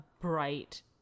bright